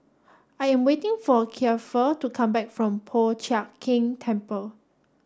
I am waiting for Kiefer to come back from Po Chiak Keng Temple